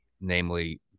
namely